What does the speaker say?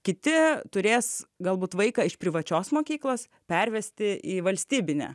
kiti turės galbūt vaiką iš privačios mokyklos pervesti į valstybinę